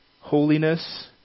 Holiness